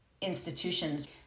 institutions